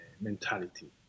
mentality